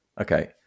Okay